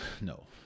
no